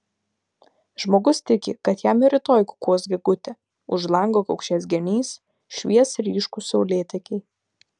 žmogus tiki kad jam ir rytoj kukuos gegutė už lango kaukšės genys švies ryškūs saulėtekiai